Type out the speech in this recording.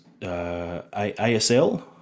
ASL